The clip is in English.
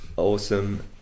Awesome